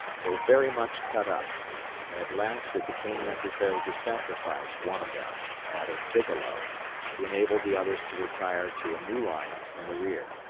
were very much cut up and at last it became necessary to sacrifice one of them that of bigelow to enable the others to retire to a new line in the rear.